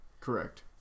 Correct